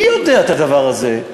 מי יודע את הדבר הזה?